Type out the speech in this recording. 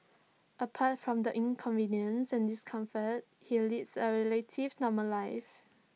apart from the inconvenience and discomfort he leads A relative normal life